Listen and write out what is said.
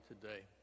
today